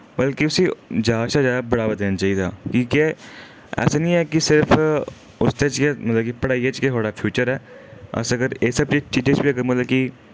बल्के उस्सी जैदा शा जैदा बढ़ावा देने चाहिदा की के ऐसा नेईं ऐ कि सिर्फ उसदे च गै मतलब कि पढ़ाई च गै थुआढ़ा फ्यूचर ऐ अस अगर इस स्हाबै दी चीजें च बी अगर मतलब कि